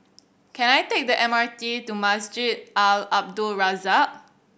can I take the M R T to Masjid Al Abdul Razak